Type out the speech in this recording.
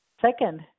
Second